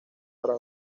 para